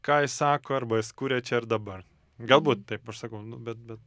ką jis sako arba jis kuria čia ir dabar galbūt taip aš sakau nu bet bet